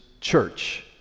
church